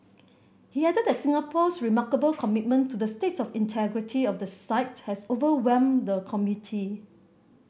he added that Singapore's remarkable commitment to the state of integrity of the site has overwhelmed the committee